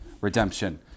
redemption